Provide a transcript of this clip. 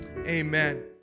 amen